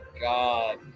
God